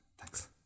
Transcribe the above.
thanks